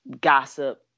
gossip